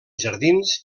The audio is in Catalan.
jardins